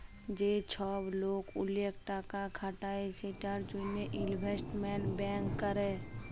যে চ্ছব লোক ওলেক টাকা খাটায় সেটার জনহে ইলভেস্টমেন্ট ব্যাঙ্কিং ক্যরে